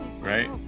right